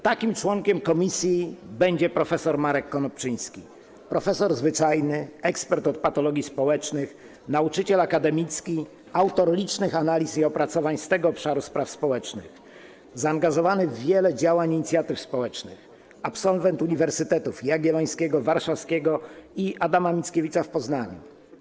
Takim członkiem komisji będzie prof. Marek Konopczyński - profesor zwyczajny, ekspert od patologii społecznych, nauczyciel akademicki, autor licznych analiz i opracowań z tego obszaru spraw społecznych, zaangażowany w wiele działań i inicjatyw społecznych, absolwent Uniwersytetów: Jagiellońskiego, Warszawskiego i Adama Mickiewicza w Poznaniu.